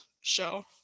show